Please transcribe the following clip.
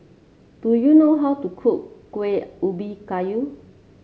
do you know how to cook Kueh Ubi Kayu